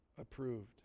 approved